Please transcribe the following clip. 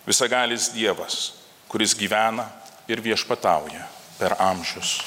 visagalis dievas kuris gyvena ir viešpatauja per amžius